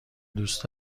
دوست